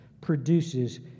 produces